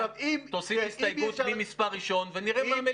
תוסיף הסתייגות ממספר ראשון ונראה מה המליאה תחליט בהסתייגות.